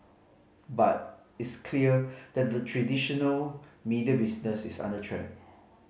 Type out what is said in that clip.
but it's clear that the traditional media business is under threat